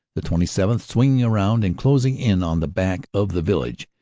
the twenty seventh. swinging round and closing in on the back of the village,